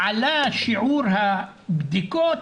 עלה שיעור הבדיקות